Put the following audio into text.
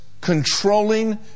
controlling